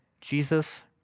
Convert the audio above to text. Jesus